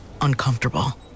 uncomfortable